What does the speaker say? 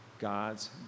God's